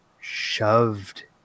shoved